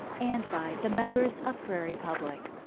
and by the members of prairie public.